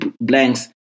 Blanks